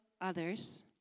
others